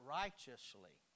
righteously